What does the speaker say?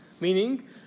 Meaning